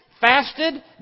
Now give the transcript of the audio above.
fasted